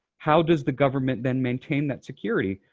how does the government then maintain that security?